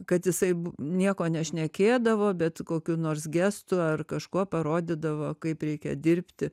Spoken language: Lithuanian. kad jisai nieko nešnekėdavo bet kokiu nors gestu ar kažkuo parodydavo kaip reikia dirbti